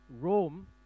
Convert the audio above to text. Rome